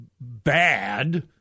bad